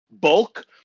bulk